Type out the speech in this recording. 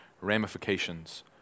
ramifications